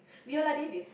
we are like Davis